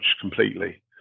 completely